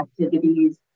activities